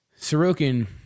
Sorokin